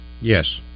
Yes